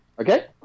Okay